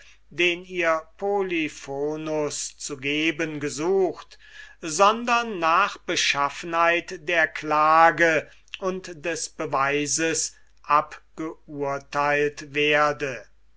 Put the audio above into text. den ihr polyphonus zu geben gesucht sondern nach beschaffenheit der klage und des beweises abgeurteilt werde